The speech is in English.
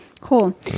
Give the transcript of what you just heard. Cool